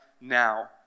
now